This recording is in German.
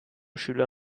schüler